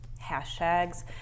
hashtags